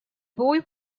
boy